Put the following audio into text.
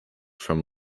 from